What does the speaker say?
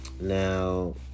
Now